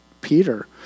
Peter